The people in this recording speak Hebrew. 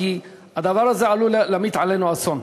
כי הדבר הזה עלול להמיט עלינו אסון,